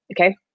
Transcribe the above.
okay